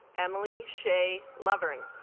emily shay laverne